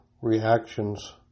reactions